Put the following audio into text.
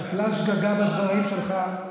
נפלה שגגה בדברים שלך.